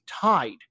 tied